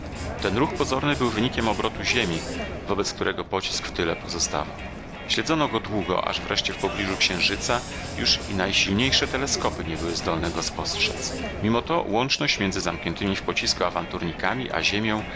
ten ruch pozorny był wynikiem obrotu ziemi wobec którego pocisk w tyle pozostawał śledzono go długo aż wreszcie w pobliżu księżyca już i najsilniejsze teleskopy nie były zdolne go spostrzec mimo to łączność między zamkniętymi w pocisku awanturnikami a ziemią